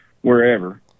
wherever